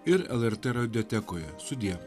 ir lrt radiotekoje sudie